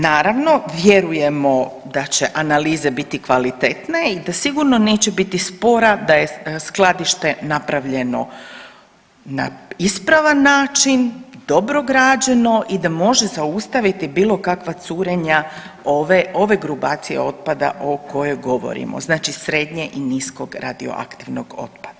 Naravno vjerujemo da će analize biti kvalitetne i da sigurno neće biti spora da je skladište napravljeno na ispravan način, dobro građeno i da može zaustaviti bilo kakva curenja ove, ove grupacije otpada o kojoj govorimo, znači srednje i niskog radioaktivnog otpada.